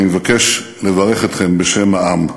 אני מבקש לברך אתכם בשם העם.